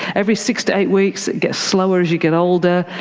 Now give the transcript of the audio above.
every six to eight weeks. it gets slower as you get older.